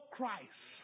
Christ